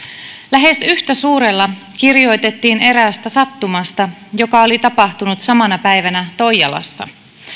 lähes yhtä suurella kirjoitettiin eräästä sattumasta joka oli tapahtunut samana päivänä toijalassa